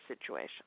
situation